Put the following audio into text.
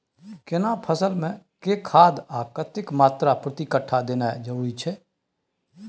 केना फसल मे के खाद आर कतेक मात्रा प्रति कट्ठा देनाय जरूरी छै?